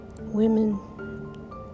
Women